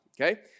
okay